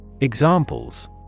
Examples